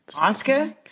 Oscar